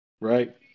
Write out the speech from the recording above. Right